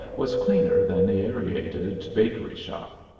was cleaner than the aerated bakery-shop.